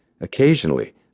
Occasionally